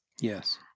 Yes